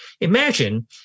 Imagine